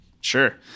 Sure